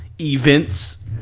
events